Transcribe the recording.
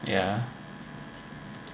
yeah